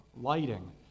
lighting